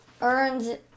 earns